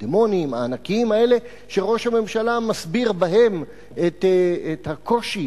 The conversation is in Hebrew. הדמונים הענקיים האלה שראש הממשלה מסביר בהם את הקושי